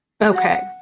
Okay